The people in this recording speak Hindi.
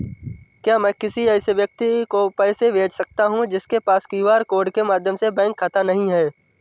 क्या मैं किसी ऐसे व्यक्ति को पैसे भेज सकता हूँ जिसके पास क्यू.आर कोड के माध्यम से बैंक खाता नहीं है?